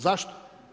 Zašto?